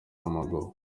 w’amaguru